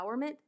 empowerment